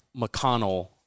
McConnell